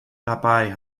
dabei